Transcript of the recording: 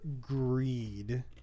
greed